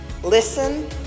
Listen